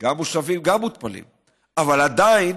גם מוּשבים, גם מותפלים, אבל עדיין,